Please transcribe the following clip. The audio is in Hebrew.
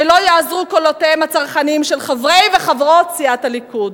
ולא יעזרו קולותיהם הצרחניים של חברי וחברות סיעת הליכוד,